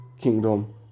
kingdom